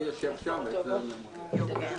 הכוונה היא להעלות את זה היום למליאה ולוועדת הכספים,